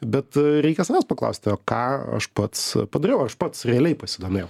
bet reikia savęs paklausti o ką aš pats padariau aš pats realiai pasidomėjau